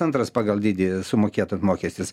antras pagal dydį sumokėtas mokestis